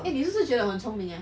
eh 你是不是觉得我很聪明啊